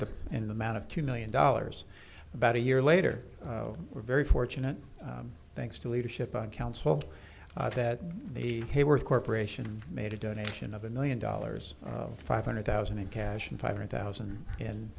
the in the amount of two million dollars about a year later we're very fortunate thanks to leadership on council that the hayward corporation made a donation of a million dollars or five hundred thousand in cash and five hundred thousand in